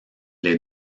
les